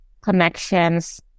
connections